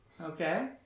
Okay